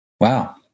Wow